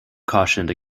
cautioned